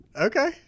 okay